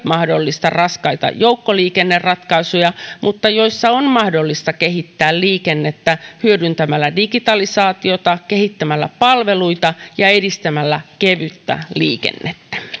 mahdollista raskaita joukkoliikenneratkaisuja mutta joissa on mahdollista kehittää liikennettä hyödyntämällä digitalisaatiota kehittämällä palveluita ja edistämällä kevyttä liikennettä